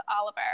Oliver